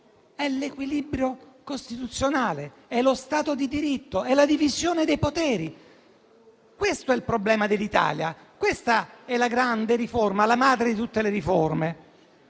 è l'equilibrio costituzionale, lo Stato di diritto e la divisione dei poteri. Questo è il problema dell'Italia e questa è la grande riforma, la madre di tutte le riforme.